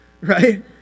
right